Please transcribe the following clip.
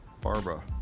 Barbara